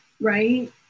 right